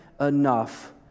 enough